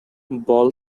ball